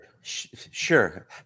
Sure